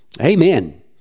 Amen